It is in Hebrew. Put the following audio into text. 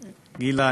גילה,